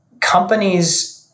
companies